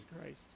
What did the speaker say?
Christ